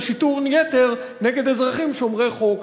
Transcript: זה שיטור יתר נגד אזרחים שומרי חוק,